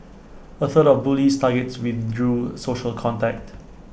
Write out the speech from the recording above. A third of bullies targets withdrew social contact